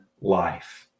life